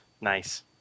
Nice